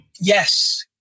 Yes